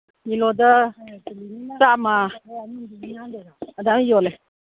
ꯀꯤꯂꯣꯗ ꯆꯥꯝꯃ ꯑꯗꯥꯏ ꯌꯣꯜꯂꯦ